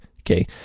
okay